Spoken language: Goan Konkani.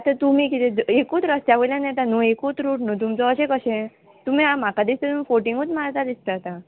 आतां तुमी किदें एकूच रस्त्या वयल्यान येता न्हू एकूच रूट न्हू तुमचो अशें कशें तुमी म्हाका दिसता फोटिंगूत मारता दिसता आतां